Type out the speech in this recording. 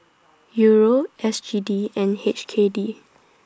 Euro S G D and H K D